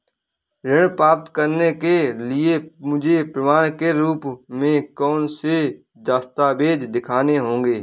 ऋण प्राप्त करने के लिए मुझे प्रमाण के रूप में कौन से दस्तावेज़ दिखाने होंगे?